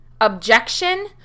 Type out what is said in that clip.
objection